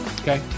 okay